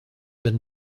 been